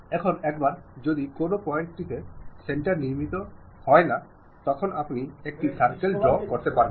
এখন একবার যদি কোনো পয়েন্টতে সেন্টার নির্মিত হয় আপনি একটি সার্কেল ড্রও করতে পারবেন